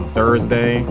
Thursday